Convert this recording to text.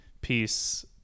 piece